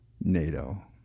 nato